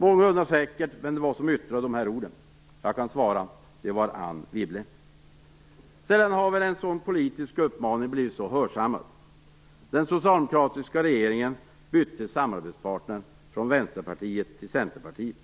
Många undrar säkert vem det var som yttrade de orden. Det var Anne Wibble. Sällan har väl en sådan politisk uppmaning blivit så hörsammad. Den socialdemokratiska regeringen bytte samarbetspartner - från Vänsterpartiet till Centerpartiet.